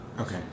Okay